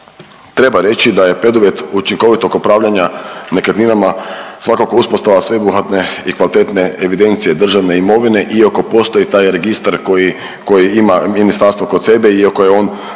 treba reći da je preduvjet učinkovitog upravljanja nekretninama svakako uspostava sveobuhvatne i kvalitetne evidencije državne imovine iako postoji taj registar koji, koji ima ministarstvo kod sebe iako je on